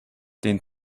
den